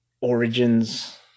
Origins